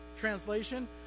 Translation